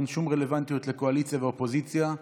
אין שום רלוונטיות לקואליציה ואופוזיציה.